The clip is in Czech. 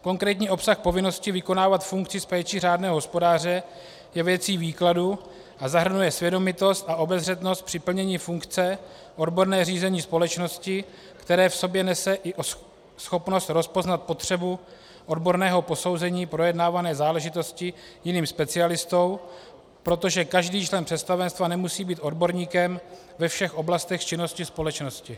Konkrétní obsah povinnosti vykonávat funkci s péčí řádného hospodáře je věcí výkladu a zahrnuje svědomitost a obezřetnost při plnění funkce, odborné řízení společnosti, které v sobě nese i schopnost rozpoznat potřebu odborného posouzení projednávané záležitosti jiným specialistou, protože každý člen představenstva nemusí být odborníkem ve všech oblastech činnosti společnosti.